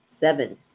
Seven